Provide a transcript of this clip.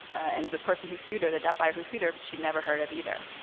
and the person who sued her, the debt buyer who sued her, she never heard of, either.